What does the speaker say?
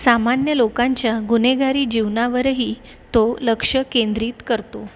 सामान्य लोकांच्या गुन्हेगारी जीवनावरही तो लक्ष केंद्रित करतो